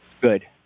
Good